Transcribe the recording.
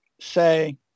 say